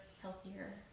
healthier